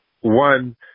one